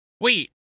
Wait